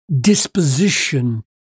disposition